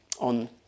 on